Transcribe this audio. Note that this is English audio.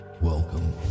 Welcome